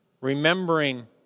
Remembering